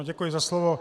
Děkuji za slovo.